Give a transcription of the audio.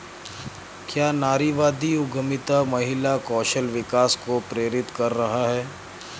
क्या नारीवादी उद्यमिता महिला कौशल विकास को प्रेरित कर रहा है?